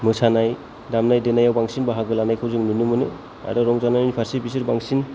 मोसानाय दामनाय देनायाव बांसिन बाहागो लानायखौ जों नुनो मोनो आरो रंजानायनि फारसे बिसोर बांसिन